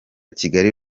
kigali